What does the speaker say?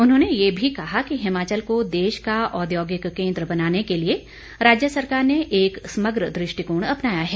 उन्होंने ये भी कहा कि हिमाचल को देश का औद्योगिक केन्द्र बनाने के लिए राज्य सरकार ने एक समग्र दृष्टिकोण अपनाया है